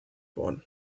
worden